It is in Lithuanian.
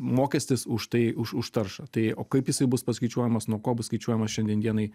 mokestis už tai už už taršą tai o kaip jisai bus paskaičiuojamas nuo ko bus skaičiuojamas šiandien dienai